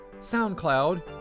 SoundCloud